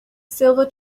silver